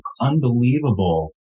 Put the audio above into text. unbelievable